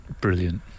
Brilliant